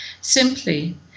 Simply